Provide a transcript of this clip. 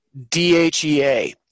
DHEA